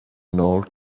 nor